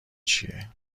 چیه